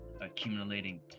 accumulating